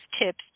tips